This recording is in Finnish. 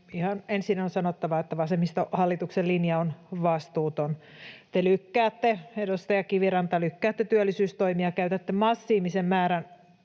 Ihan ensin on sanottava, että vasemmistohallituksen linja on vastuuton. Te lykkäätte, edustaja Kiviranta, työllisyystoimia, käytätte massiivisen määrän